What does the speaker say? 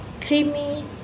creamy